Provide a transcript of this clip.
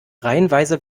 reihenweise